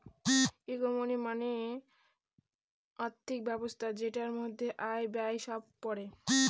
economy মানে আর্থিক ব্যবস্থা যেটার মধ্যে আয়, ব্যয় সব পড়ে